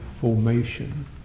formation